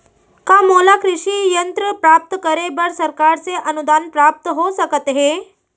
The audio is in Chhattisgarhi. का मोला कृषि यंत्र प्राप्त करे बर सरकार से अनुदान प्राप्त हो सकत हे?